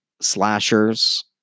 slashers